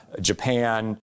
Japan